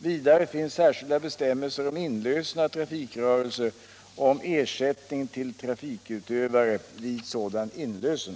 Vidare finns särskilda bestämmelser om inlösen av trafikrörelse och om ersättning till trafikutövare vid sådan inlösen.